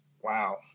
wow